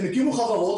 הם הקימו חברות,